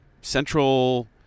central